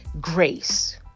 grace